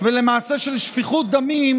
ולמעשה של שפיכות דמים,